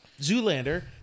Zoolander